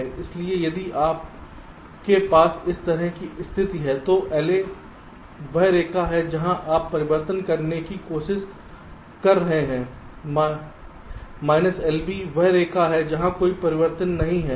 इसलिए यदि आपके पास इस तरह की स्थिति है तो LA वह रेखा है जहां आप परिवर्तन करने की कोशिश कर रहे हैं माइनस LB वह रेखा जहां कोई परिवर्तन नहीं है